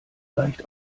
leicht